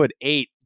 eight